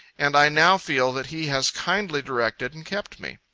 and i now feel that he has kindly directed and kept me.